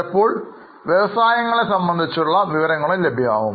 ചിലപ്പോള് വ്യവസായത്തെ കുറിച്ചുള്ള വിവരങ്ങളും ലഭ്യമാകും